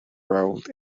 rolled